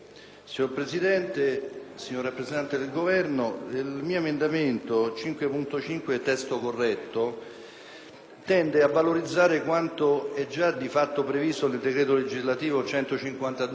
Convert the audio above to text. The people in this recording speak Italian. tende a valorizzare quanto è già di fatto previsto nel decreto legislativo n. 152 del 2006 che tratta una materia molto delicata e importante.